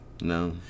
No